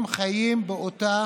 הם חיים באותה